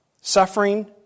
Suffering